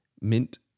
mint